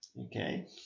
Okay